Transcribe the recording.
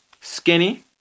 skinny